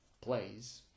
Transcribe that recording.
plays